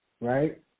right